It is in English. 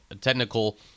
technical